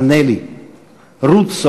ענה לי!/ 'רות,